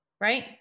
Right